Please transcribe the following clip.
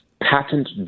patent